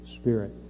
spirit